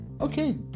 okay